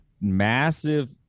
massive